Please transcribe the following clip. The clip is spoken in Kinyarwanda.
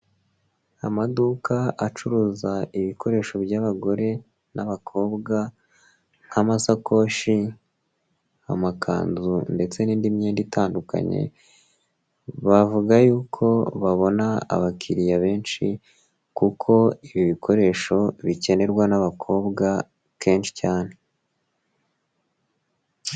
Amaduka acuruza ibikoresho by'abagore n'abakobwa nk'amasakoshi, amakanzu ndetse n'indi myenda itandukanye, bavuga y'uko babona abakiriya benshi kuko ibi bikoresho bikenerwa n'abakobwa kenshi cyane.